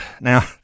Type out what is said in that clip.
Now